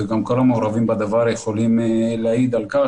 וגם כל המעורבים בדבר יכולים להעיד על כך